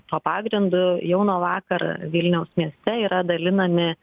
tuo pagrindu jau nuo vakar vilniaus mieste yra dalinami